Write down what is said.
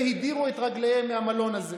והדירו את רגליהם מהמלון הזה.